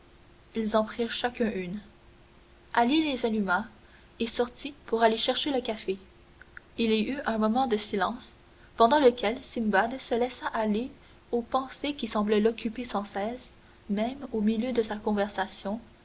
ils en prirent chacun une ali les alluma et sortit pour aller chercher le café il y eut un moment de silence pendant lequel simbad se laissa aller aux pensées qui semblaient l'occuper sans cesse même au milieu de sa conversation